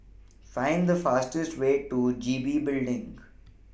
Find The fastest Way to G B Building